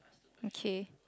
okay